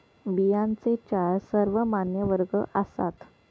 बियांचे चार सर्वमान्य वर्ग आसात